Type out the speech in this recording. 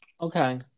okay